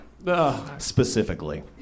Specifically